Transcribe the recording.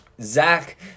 Zach